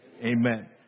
Amen